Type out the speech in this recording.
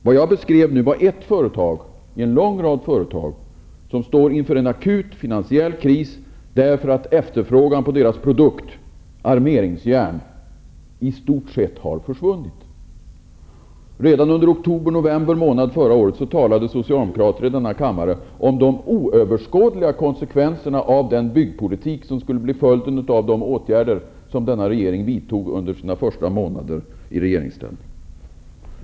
Vad jag nu beskrev var situationen för ett företag i en lång rad företag som står inför en akut finansiell kris därför att efterfrågan på deras produkt, i detta fall armeringsjärn, i stort sett har försvunnit. Redan under oktober, november månad förra året talade socialdemokrater i denna kammare om de oöverskådliga konsekvenser av den byggpolitik som skulle bli följden och de åtgärder som denna regering vidtog under sina första månader i regeringsställning.